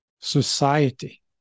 society